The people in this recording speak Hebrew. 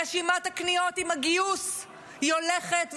רשימת הקניות עם הגיוס הולכת ומתארכת,